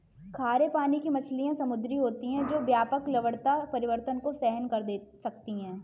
खारे पानी की मछलियाँ समुद्री होती हैं जो व्यापक लवणता परिवर्तन को सहन कर सकती हैं